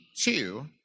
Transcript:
two